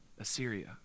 Assyria